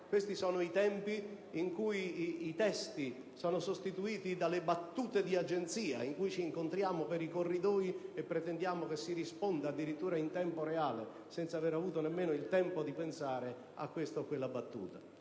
Questi sono i tempi in cui i testi sono sostituiti dalle battute di agenzia, in cui c'incontriamo per i corridoi e pretendiamo che si risponda addirittura in tempo reale, senza aver avuto nemmeno il tempo di pensare a questa o a quella battuta.